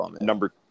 Number